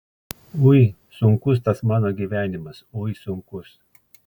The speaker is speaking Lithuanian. ui sunkus tas mano gyvenimas ui sunkus